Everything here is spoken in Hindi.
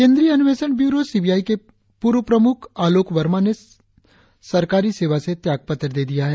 केंद्रीय अन्वेषण न्यूरो सीबीआई के पूर्व प्रमुख आलोक वर्मा ने सरकार सेवा से त्याग पत्र दे दिया है